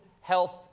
Health